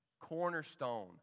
Cornerstone